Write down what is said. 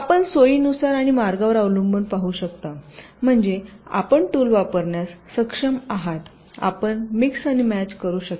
आपण सोयीनुसार आणि मार्गावर अवलंबून पाहू शकता म्हणजे आपण टूल वापरण्यास सक्षम आहात आपण मिक्स आणि मॅच करू शकता